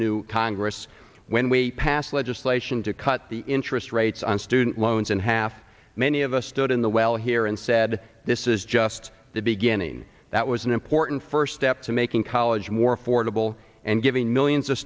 new congress when we passed legislation to cut the interest rates on student loans and half many of us stood in the well here and said this is just the beginning that was an important first step to making college more affordable and giving millions of